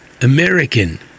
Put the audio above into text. American